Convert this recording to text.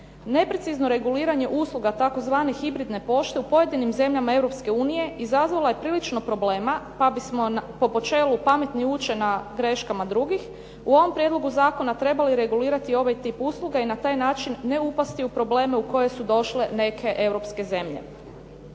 neprecizno reguliranje usluga tzv. hibridne pošte u pojedinim zemljama Europske unije izazvala je prilično problema pa bismo po počelu "pametni uče na greškama drugih" u ovom prijedlogu zakona trebali regulirati ovaj tip usluga i na taj način ne upasti u probleme u koje su došle neke europske zemlje.